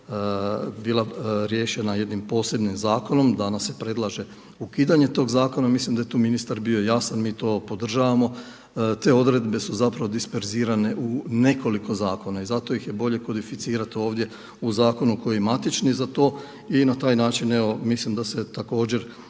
je bila riješena jednim posebnim zakonom, danas se predlaže ukidanje tog zakona. Mislim da je tu ministar bio jasan, mi to podržavamo, te odrede su disperzirane u nekoliko zakona i zato ih je bolje kodificirati ovdje u zakonu koji je matični za to. I na taj način evo mislim da se također